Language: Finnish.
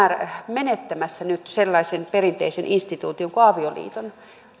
menettämässä nyt sellaisen perinteisen instituution kuin avioliiton